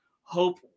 hope